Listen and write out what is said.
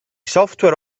software